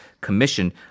Commission